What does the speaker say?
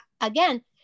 again